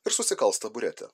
ir susikals taburetę